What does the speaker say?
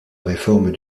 réforme